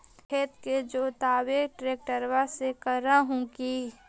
खेत के जोतबा ट्रकटर्बे से कर हू की?